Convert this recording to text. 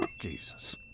Jesus